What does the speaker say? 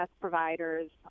providers